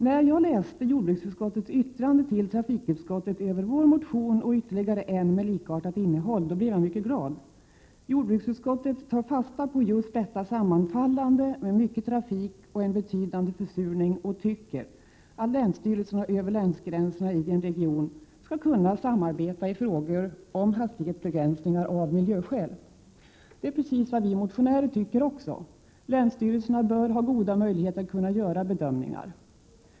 När jag läste jordbruksutskottets yttrande till trafikutskottet över vår motion och ytterligare en med likartat innehåll, blev jag mycket glad. Jordbruksutskottet tar fasta på just detta att mycket trafik sammanfaller med en betydande försurning och tycker att länsstyrelserna i en region skall kunna samarbeta över länsgränserna i fråga om hastighetsbegränsningar av miljöskäl. Det är precis vad vi motionärer tycker också. Länsstyrelserna bör ha goda möjligheter att kunna göra bedömningar.